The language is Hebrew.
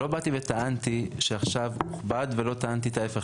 לא באתי וטענתי שעכשיו בעד ולא טענתי את ההיפך.